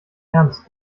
ernst